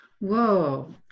Whoa